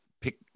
pick